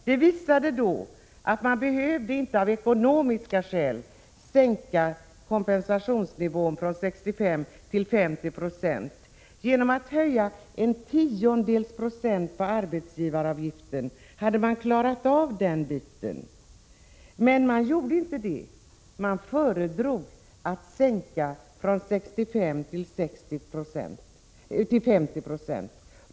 Det visade sig då att man inte behövde av ekonomiska skäl sänka kompensationsnivån från 65 till 50 96. Genom att höja arbetsgivaravgiften 0,1 26 hade man kunnat klara av den biten. Men man gjorde inte det. Man föredrog att sänka från 65 till 50 96.